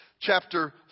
chapter